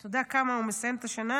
אתה יודע עם כמה הוא מסיים את השנה?